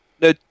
No